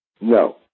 No